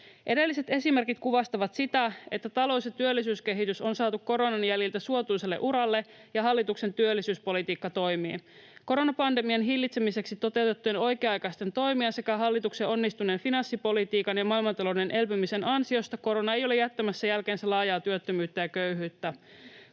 Edelliset esimerkit kuvastavat sitä, että talous- ja työllisyyskehitys on saatu koronan jäljiltä suotuisalle uralle ja hallituksen työllisyyspolitiikka toimii. Koronapandemian hillitsemiseksi toteutettujen oikea-aikaisten toimien sekä hallituksen onnistuneen finanssipolitiikan ja maailmantalouden elpymisen ansiosta korona ei ole jättämässä jälkeensä laajaa työttömyyttä ja köyhyyttä.